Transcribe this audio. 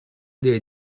they